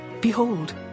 Behold